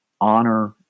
honor